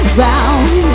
round